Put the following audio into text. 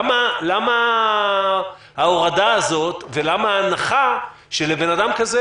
למה ההורדה הזאת ולמה ההנחה שבן אדם כזה